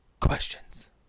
Questions